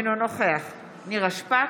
אינו נוכח נירה שפק,